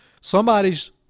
Somebody's